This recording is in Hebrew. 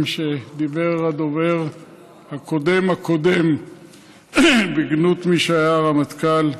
שאמר הדובר הקודם הקודם בגנות מי שהיה רמטכ"ל.